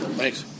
Thanks